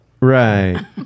Right